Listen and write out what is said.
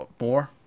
more